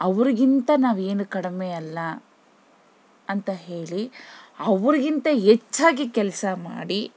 ಅವರಿಗಿಂತ ನಾವೇನು ಕಡಿಮೆ ಅಲ್ಲ ಅಂತ ಹೇಳಿ ಅವ್ರಿಗಿಂತ ಹೆಚ್ಚಾಗಿ ಕೆಲಸ ಮಾಡಿ